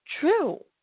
true